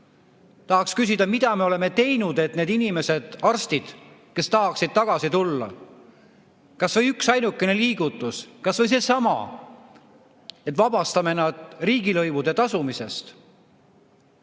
Tahaksin küsida, mida me oleme teinud, et need inimesed, arstid, kes tahaksid tagasi tulla, [tuleksid tagasi]. Kas või üksainukene liigutus, kas või seesama, et vabastame nad riigilõivude tasumisest.